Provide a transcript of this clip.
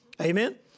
Amen